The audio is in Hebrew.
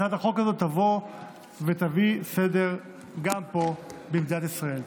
הצעת החוק הזאת תביא סדר גם פה במדינת ישראל.